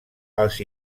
als